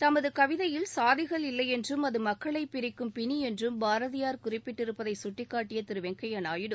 தமது கவிதையில் சாதிகள் இல்லையென்றும் அது மக்களைப் பிரிக்கும் பிணி என்றும் பாரதியார் குறிப்பிட்டிருப்பதை கட்டிக்காட்டிய திரு வெங்கய்ய நாயுடு